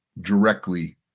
directly